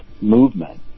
movement